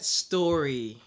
story